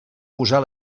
posar